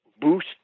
boost